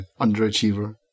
Underachiever